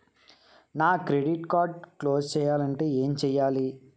నా credit card close చేయాలంటే ఏంటి చేయాలి?